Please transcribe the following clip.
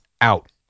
out